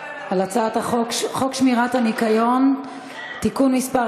על הצעת חוק שמירת הניקיון (תיקון מס'